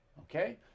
okay